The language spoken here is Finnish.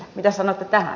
mitä sanotte tähän